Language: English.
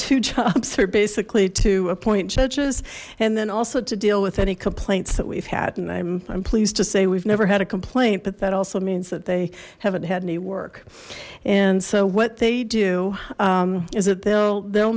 two jobs are basically to appoint judges and then also to deal with any complaints that we've had and i'm pleased to say we've never had a complaint but that also means that they haven't had any work and so what they do is that they'll they'll